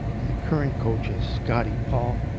and the current coaches scotty paul,